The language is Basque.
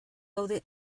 gaude